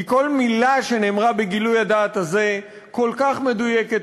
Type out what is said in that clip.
כי כל מילה שנאמרה בגילוי הדעת הזה כל כך מדויקת,